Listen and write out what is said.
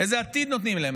איזה עתיד נותנים להם?